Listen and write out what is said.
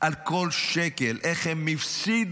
על כל שקל, איך הם הפסידו